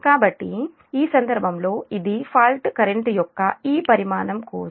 కాబట్టి ఈ సందర్భంగా ఇది ఫాల్ట్ కరెంట్ యొక్క ఈ పరిమాణం కోసం